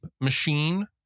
machine